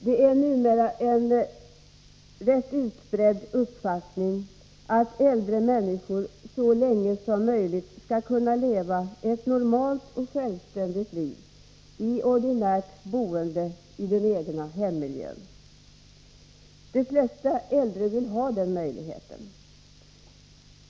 Det är numera en rätt utbredd uppfattning att äldre människor så länge som möjligt skall kunna leva ett normalt och självständigt liv i ordinärt boende i den egna hemmiljön. De flesta äldre vill ha den möjligheten.